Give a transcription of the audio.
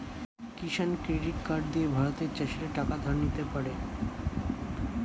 কিষান credit card দিয়ে ভারতের চাষীরা টাকা ধার নিতে পারে